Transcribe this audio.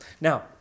Now